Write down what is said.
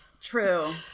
true